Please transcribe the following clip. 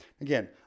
Again